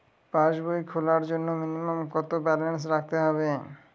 পাসবই খোলার জন্য মিনিমাম কত ব্যালেন্স রাখতে হবে?